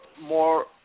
more